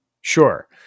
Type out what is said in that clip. sure